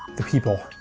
the people?